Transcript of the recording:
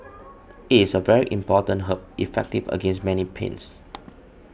it is a very important herb effective against many pains